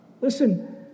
Listen